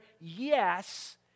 yes